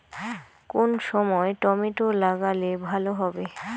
কোন সময় টমেটো লাগালে ভালো হবে?